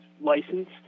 license